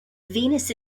venus